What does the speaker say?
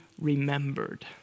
remembered